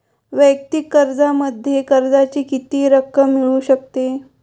वैयक्तिक कर्जामध्ये कर्जाची किती रक्कम मिळू शकते?